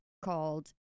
called